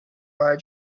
our